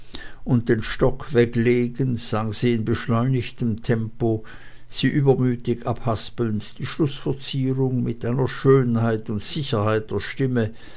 und den stock weglegend sang sie in beschleunigtem tempo sie übermütig abhaspelnd die schlußverzierung mit einer schönheit und sicherheit der stimme